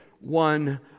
one